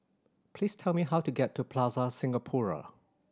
please tell me how to get to Plaza Singapura